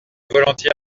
volontiers